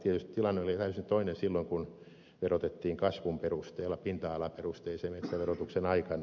tietysti tilanne oli täysin toinen silloin kun verotettiin kasvun perusteella pinta alaperusteisen metsäverotuksen aikana